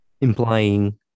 implying